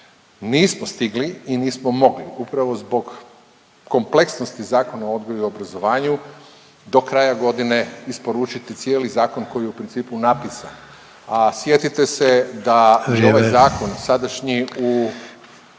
Nismo stigli i nismo mogli upravo zbog kompleksnosti Zakona o odgoju i obrazovanju do kraja godine isporučiti cijeli zakon koji je u principu napisan, a sjetite se da i ovaj zakon …